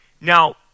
Now